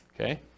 Okay